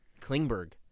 Klingberg